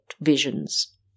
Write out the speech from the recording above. visions